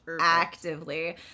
Actively